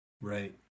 Right